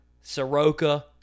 Soroka